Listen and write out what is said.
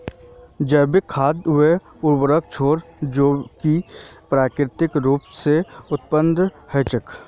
जैविक खाद वे उर्वरक छेक जो कि प्राकृतिक रूप स उत्पादित हछेक